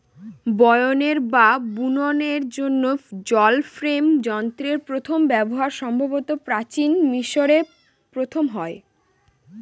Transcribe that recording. বয়নের বা বুননের জন্য জল ফ্রেম যন্ত্রের প্রথম ব্যবহার সম্ভবত প্রাচীন মিশরে প্রথম হয়